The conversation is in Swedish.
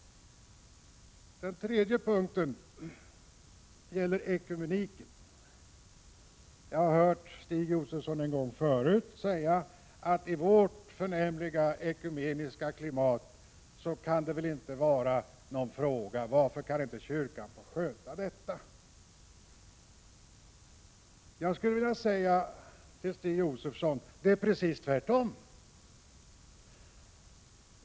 Den tredje punkten gäller ekumeniken. Jag har hört Stig Josefson en gång förut säga att detta i vårt förnämliga ekumeniska klimat väl inte kan vara någon stor fråga, och varför kan inte kyrkan få sköta detta? Jag vill säga till Stig Josefson: Det är precis tvärtom.